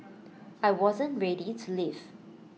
I wasn't ready to leave